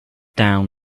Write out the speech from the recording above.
down